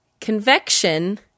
convection